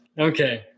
Okay